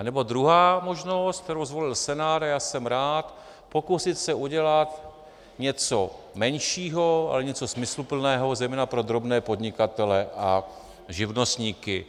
Anebo druhá možnost, kterou zvolil Senát, a já jsem rád, pokusit se udělat něco menšího, ale něco smysluplného, zejména pro drobné podnikatele a živnostníky.